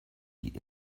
die